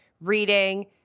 reading